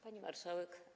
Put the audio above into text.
Pani Marszałek!